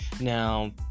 Now